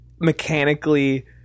mechanically